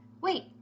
Wait